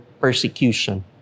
persecution